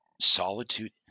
solitude